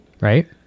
Right